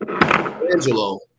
Angelo